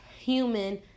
human